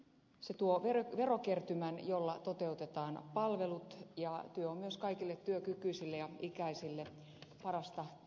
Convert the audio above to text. se tuo verokertymän jolla toteutetaan palvelut ja työ on myös kaikille työkykyisille ja ikäisille parasta sosiaaliturvaa